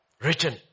Written